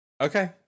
Okay